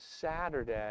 Saturday